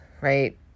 Right